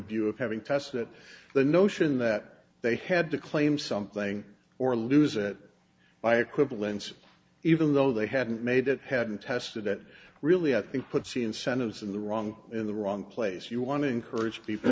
view of having tests that the notion that they had to claim something or lose it by equivalence even though they hadn't made it hadn't tested it really i think put c incentives in the wrong in the wrong place you want to encourage people